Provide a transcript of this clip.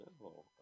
No